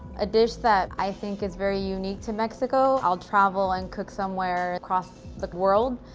a dish that i think is very unique to mexico, i'll travel and cook somewhere across the world,